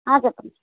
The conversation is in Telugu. చెప్పండి